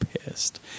pissed